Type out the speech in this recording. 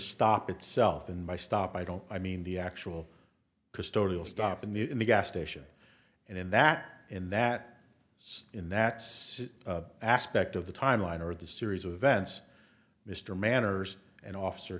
stop itself in my stop i don't i mean the actual custodial stop and the gas station and in that in that so in that aspect of the timeline or the series of events mr manners and officer